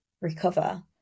recover